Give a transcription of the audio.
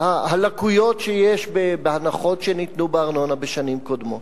הלקויות שיש בהנחות שניתנו בארנונה בשנים קודמות.